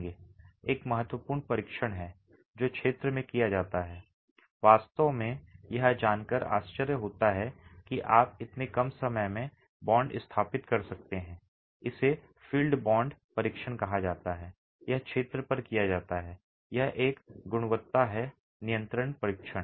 एक महत्वपूर्ण परीक्षण है जो क्षेत्र में किया जाता है वास्तव में यह जानकर आश्चर्य होता है कि आप इतने कम समय में बांड स्थापित कर सकते हैं इसे फील्ड बांड परीक्षण कहा जाता है यह क्षेत्र पर किया जाता है यह एक गुणवत्ता है नियंत्रण परीक्षण